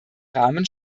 rahmen